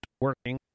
working